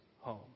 home